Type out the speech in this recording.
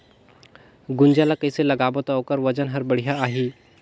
गुनजा ला कइसे लगाबो ता ओकर वजन हर बेडिया आही?